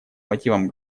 мотивам